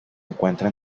encuentra